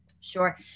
Sure